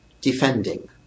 defending